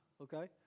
okay